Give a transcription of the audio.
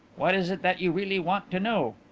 what is it that you really want to know?